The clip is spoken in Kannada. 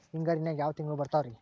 ಹಿಂಗಾರಿನ್ಯಾಗ ಯಾವ ತಿಂಗ್ಳು ಬರ್ತಾವ ರಿ?